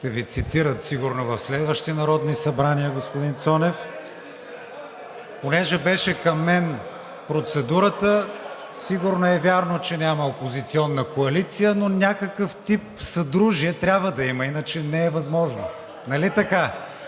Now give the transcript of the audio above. Ще Ви цитират сигурно в следващи народни събрания, господин Цонев. Понеже беше към мен процедурата, сигурно е вярно, че няма опозиционна коалиция, но някакъв тип съдружие трябва да има, иначе не е възможно. Нали така?